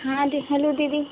हाँ दी हलो दीदी